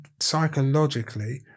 psychologically